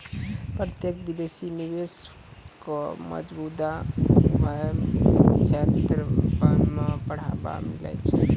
प्रत्यक्ष विदेशी निवेश क मौजूदा उद्यम क्षेत्र म बढ़ावा मिलै छै